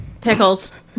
Pickles